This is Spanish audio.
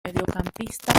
mediocampista